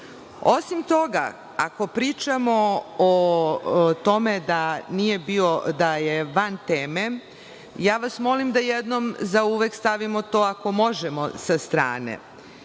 Osim toga, ako pričamo o tome da je van teme, molim vas da jednom zauvek stavimo to ako možemo sa strane.